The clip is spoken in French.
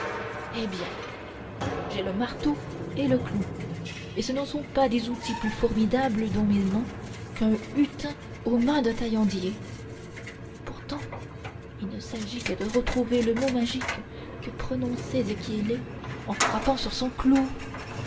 eh bien j'ai le marteau et le clou et ce ne sont pas outils plus formidables dans mes mains qu'un hutin aux mains d'un taillandier pourtant il ne s'agit que de retrouver le mot magique que prononçait zéchiélé en frappant sur son clou